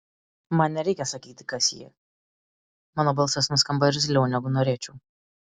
man nereikia sakyti kas ji mano balsas nuskamba irzliau negu norėčiau